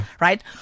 Right